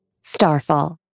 Starfall